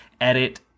edit